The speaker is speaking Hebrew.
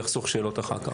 זה יחסוך שאלות אחר כך.